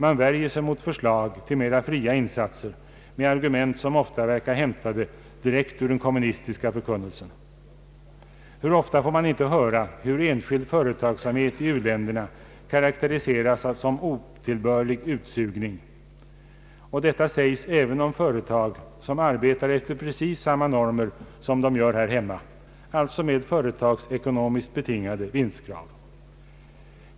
Man värjer sig mot förslag om mera fria insatser med argument som verkar direkt hämtade ur den kommunistiska förkunnelsen. Hur ofta får vi inte höra enskild företagsamhet i u-länderna karakteriseras som otillbörlig utsugning — och detta sägs även om företag som arbetar efter precis samma normer som här hemma, allt så med normala företagsekonomiskt betingade vinstkrav.